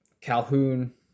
Calhoun